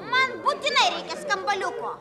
man būtinai reikia skambaliuko